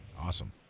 awesome